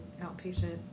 outpatient